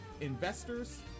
Investors